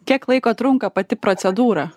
kiek laiko trunka pati procedūra